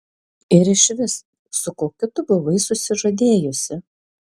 ir išvis su kokiu tu buvai susižadėjusi